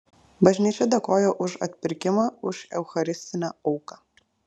bažnyčia dėkoja už atpirkimą už eucharistinę auką